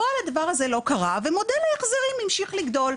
בפועל הדבר הזה לא קרה ומודל ההחזרים המשיך לגדול.